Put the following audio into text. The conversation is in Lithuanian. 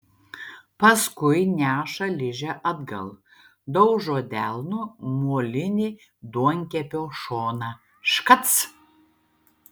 paskui neša ližę atgal daužo delnu molinį duonkepio šoną škac